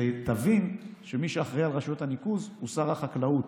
תבין שמי שאחראי לרשויות הניקוז הוא שר החקלאות,